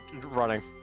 running